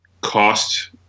cost